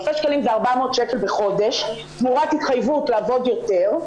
אלפי שקלים זה 400 שקל בחודש תמורת התחייבות לעבוד יותר,